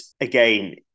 again